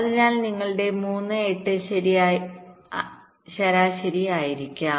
അതിനാൽ നിങ്ങളുടെ 3 8 ശരാശരി ആയിരിക്കും